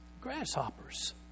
Grasshoppers